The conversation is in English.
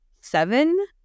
seven